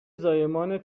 زایمان